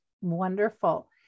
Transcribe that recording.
wonderful